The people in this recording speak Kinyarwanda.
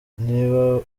niba